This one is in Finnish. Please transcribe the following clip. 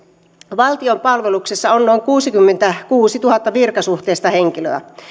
valtion palveluksessa on noin kuusikymmentäkuusituhatta virkasuhteista henkilöä